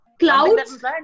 Clouds